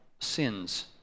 sins